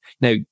now